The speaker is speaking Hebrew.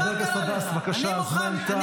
חבר הכנסת עבאס, בבקשה, הזמן תם.